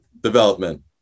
development